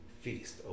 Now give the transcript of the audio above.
feast